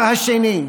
הדבר השני,